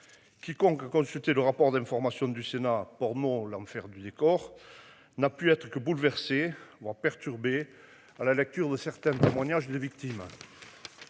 Quiconque consulter le rapport d'information du Sénat pour l'enfer du décor n'a pu être que bouleversé perturbé à la lecture de certains témoignages de victimes.